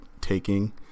taking